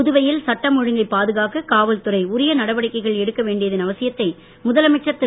புதுவையில் சட்டம் ஒழுங்கை பாதுகாக்க காவல்துறை உரிய நடவடிக்கைகள் எடுக்க வேண்டியதன் அவசியத்தை முதலமைச்சர் திரு